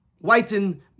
whiten